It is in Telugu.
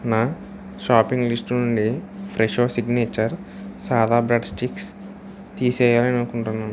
నా షాపింగ్ లిస్టు నుండి Fresho signature Sada bread sticks తీసేయాలి అనుకుంటున్నాను